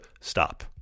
stop